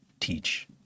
teach